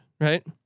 right